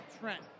Trent